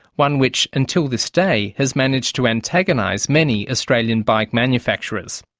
one which, until this day, has managed to antagonise many australian bike-manufacturers.